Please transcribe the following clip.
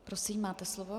Prosím, máte slovo.